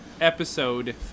Episode